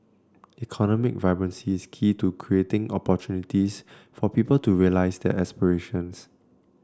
economic vibrancy is key to creating opportunities for people to realise their aspirations